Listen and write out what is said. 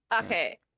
Okay